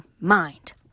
mind